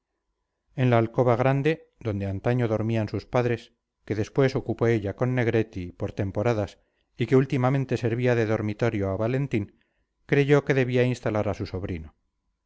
en la alcoba grande donde antaño dormían sus padres que después ocupó ella con negretti por temporadas y que últimamente servía de dormitorio a valentín creyó que debía instalar a su sobrino